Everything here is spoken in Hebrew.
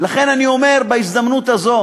ולכן אני אומר בהזדמנות הזאת